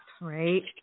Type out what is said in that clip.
right